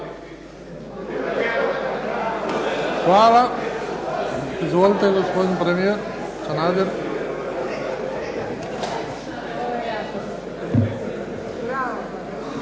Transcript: Hvala. Izvolite gospodine premijer Sanader.